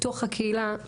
בתוך הקהילה,